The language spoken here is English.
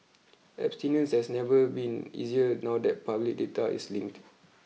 abstinence has never been easier now that public data is linked